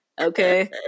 okay